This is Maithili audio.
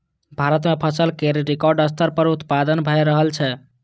भारत मे फसल केर रिकॉर्ड स्तर पर उत्पादन भए रहल छै